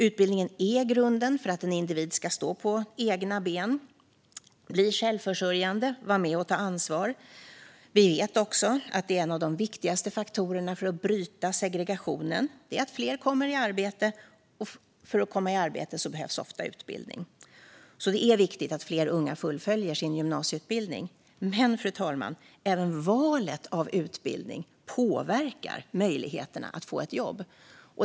Utbildningen är grunden för att en individ ska stå på egna ben, bli självförsörjande och vara med och ta ansvar. Vi vet också att en av de viktigaste faktorerna för att bryta segregationen är att fler kommer i arbete, och för att komma i arbete behövs ofta utbildning. Så det är viktigt att fler unga fullföljer sin gymnasieutbildning. Men, fru talman, även valet av utbildning påverkar möjligheterna att få ett jobb.